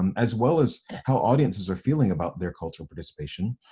um as well as how audiences are feeling about their cultural participation.